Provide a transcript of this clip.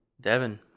Devin